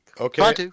Okay